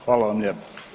Hvala vam lijepo.